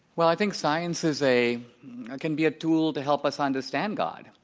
well, i think science is a can be a tool to help us understand god.